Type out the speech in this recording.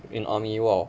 in army !wah!